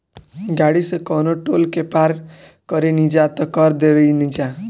गाड़ी से कवनो टोल के पार करेनिजा त कर देबेनिजा